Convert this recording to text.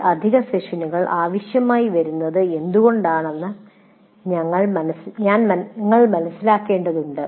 ഈ അധിക സെഷനുകൾ ആവശ്യമായി വരുന്നത് എന്തുകൊണ്ടാണെന്ന് ഞങ്ങൾ മനസ്സിലാക്കേണ്ടതുണ്ട്